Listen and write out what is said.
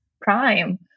prime